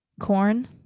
Corn